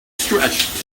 stretch